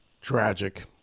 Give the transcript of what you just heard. Tragic